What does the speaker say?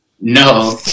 No